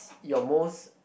your most